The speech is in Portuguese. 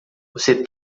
você